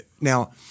Now